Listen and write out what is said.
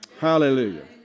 Hallelujah